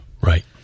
Right